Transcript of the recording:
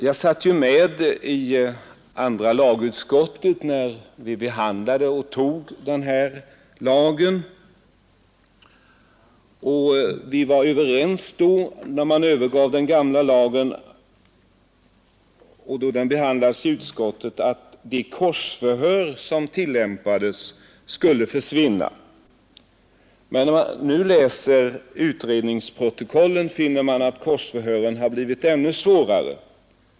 Jag satt med i andra lagutskottet, när vi behandlade och tillstyrkte förslaget till den nya vapenfrilagen. När vi alltså övergav den gamla lagen var vi i utskottet överens om att de korsförhör som hade tillämpats skulle försvinna. Då man nu läser utredningsprotokollen, finner man att korsförhören har blivit ännu svårare.